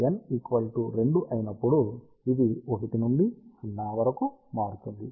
కాబట్టి n 2 ఉన్నప్పుడు ఇది 1 నుండి 0 వరకు మారుతుంది